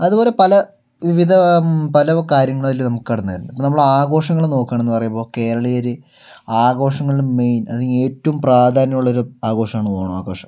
അതുപോലെ പല വിവിധ പല കാര്യങ്ങളും അതില് നമുക്ക് കടന്നു വരുന്നുണ്ട് നമ്മള് ആഘോഷങ്ങള് നോക്കുകയാണെന്നു പറയുമ്പോൾ കേരളീയര് ആഘോഷങ്ങളില് മെയിന് അല്ലെങ്കില് ഏറ്റവും പ്രധാന്യമുള്ളൊരു ആഘോഷമാണ് ഓണാഘോഷം